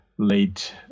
late